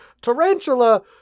Tarantula